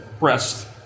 rest